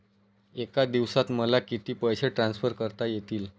एका दिवसात मला किती पैसे ट्रान्सफर करता येतील?